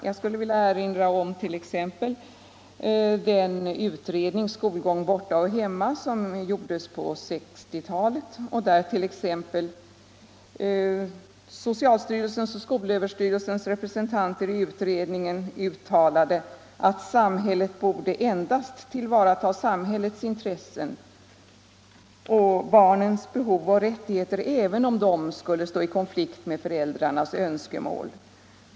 Jag vill t.ex. erinra om den utredning, Skolgång borta och hemma, som gjordes på 1960-talet och där bl.a. socialstyrelsens och skolöverstyrelsens representanter i utredningen uttalade, att samhället endast borde tillvarata samhällets intressen och barnens behov och rättigheter, även om de skulle stå i konflikt med föräldrarnas önskemål.